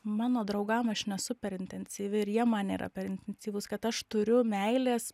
mano draugam aš nesu per intensyvi ir jie man nėra per intensyvūs kad aš turiu meilės